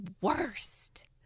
worst